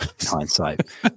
hindsight